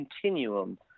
continuum